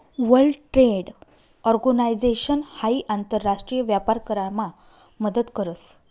world trade organisation हाई आंतर राष्ट्रीय व्यापार करामा मदत करस